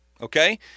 Okay